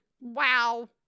Wow